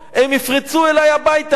הם יפרצו אלי הביתה,